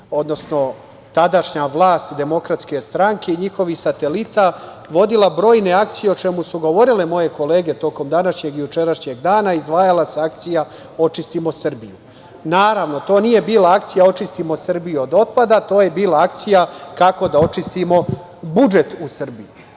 odnosno tadašnja vlast DS i njihovih satelita vodila brojne akcije, o čemu su govorile moje kolege tokom današnjeg i jučerašnjeg dana, a pri čemu se izdvajala akcija „Očistimo Srbiju“. Naravno, to nije bila akcija očistimo Srbiju od otpada. To je bila akcija kako da očistimo budžet u Srbiji.